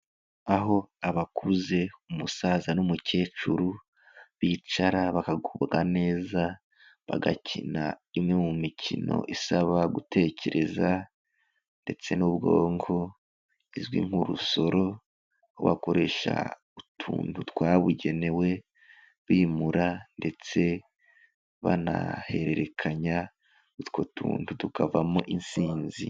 Aho abakuze umusaza n'umukecuru bicara bakagubwa neza, bagakina imwe mu mikino isaba gutekereza ndetse n'ubwonko, izwi nk'urusoro, aho bakoresha utuntu twabugenewe, bimura ndetse banahererekanya utwo tuntu tukavamo intsinzi.